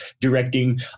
directing